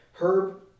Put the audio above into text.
Herb